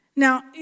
Now